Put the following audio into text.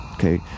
Okay